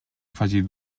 afegir